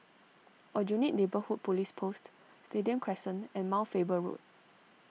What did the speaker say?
Aljunied Neighbourhood Police Post Stadium Crescent and Mount Faber Road